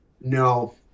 no